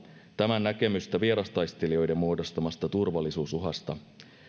tämän näkemystä vierastaistelijoiden muodostamasta turvallisuusuhasta